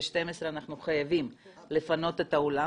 ב-12:00 אנחנו חייבים לפנות את האולם